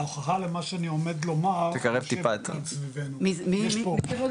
ההוכחה למה שאני עומד לומר --- מי כבודו?